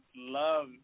love